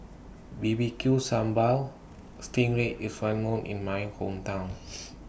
B B Q Sambal Sting Ray IS Well known in My Hometown